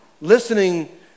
listening